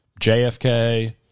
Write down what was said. JFK